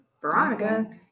Veronica